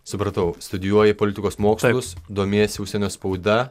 supratau studijuoji politikos mokslus domiesi užsienio spauda